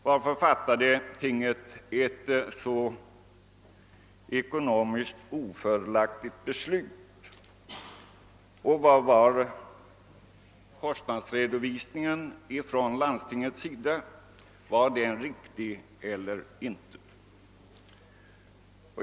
Varför fattade landstinget ett ekonomiskt så ofördelaktigt beslut, och var landstingets kostnadsredovisning riktig eller ej?